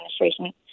administration